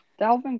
Dalvin